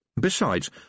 Besides